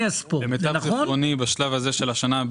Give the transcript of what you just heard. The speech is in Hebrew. למיטב זיכרוני בשלב הזה של השנה,